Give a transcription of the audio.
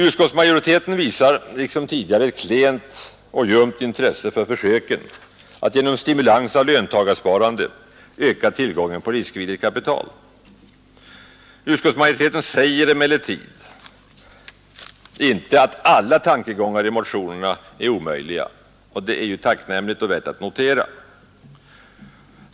Utskottsmajoriteten visar, liksom tidigare, klent och ljumt intresse för försöken att genom stimulans av löntagarsparandet öka tillgången på riskvilligt kapital. Utskottsmajoriteten säger emellertid inte att alla tankegångar i motionerna är omöjliga. Detta är ju tacknämligt och värt att notera.